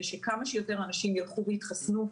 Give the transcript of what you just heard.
ושכמה שיותר אנשים ילכו ויתחסנו,